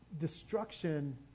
destruction